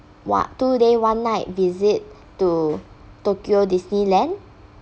one two day one night visit to tokyo disneyland